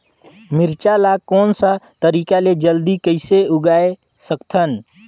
मिरचा ला कोन सा तरीका ले जल्दी कइसे उगाय सकथन?